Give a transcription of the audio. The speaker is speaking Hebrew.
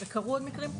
וקרו עוד מקרים.